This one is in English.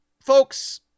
folks